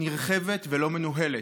נרחבת ולא מנוהלת.